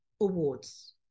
awards